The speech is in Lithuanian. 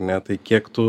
ne tai kiek tu